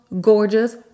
gorgeous